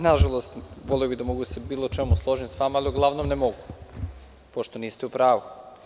Nažalost, voleo bih da mogu da se u bilo čemu složim sa vama, ali uglavnom ne mogu, pošto niste u pravu.